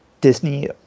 Disney